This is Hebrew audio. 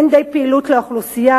אין די פעילות לאוכלוסייה.